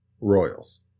Royals